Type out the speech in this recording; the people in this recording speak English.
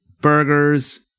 burgers